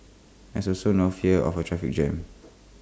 there's also no fear of A traffic jam